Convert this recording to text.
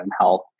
health